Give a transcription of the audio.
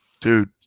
dude